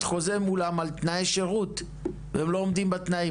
חוזה מולם על תנאי שירות והם לא עומדים בתנאים?